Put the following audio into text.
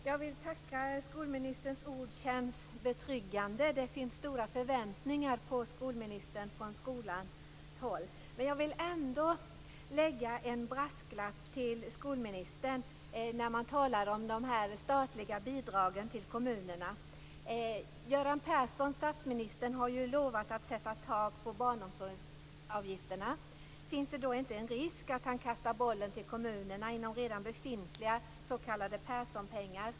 Herr talman! Jag vill tacka för skolministerns ord som känns betryggande. Det finns stora förväntningar på skolministern från skolans håll. Jag vill ändå lämna en brasklapp till skolministern om de statliga bidragen till kommunerna. Statsminister Göran Persson har ju lovat att sätta ett tak på barnomsorgsavgifterna. Finns det då inte en risk att han kastar bollen till kommunerna inom redan befintliga s.k. Perssonpengar?